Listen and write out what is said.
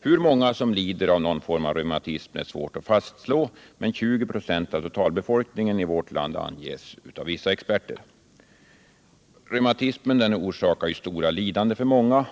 Hur många som lider av någon form av reumatism är svårt att fastslå, men siffran 20 26 av totalbefolkningen i vårt land anges av vissa experter. Reumatism orsakar svåra lidanden för många.